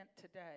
today